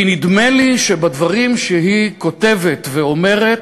כי נדמה לי שבדברים שהיא כותבת ואומרת,